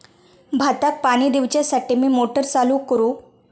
भाताक पाणी दिवच्यासाठी मी मोटर चालू करू?